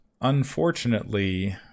unfortunately